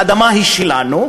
האדמה היא שלנו,